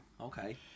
Okay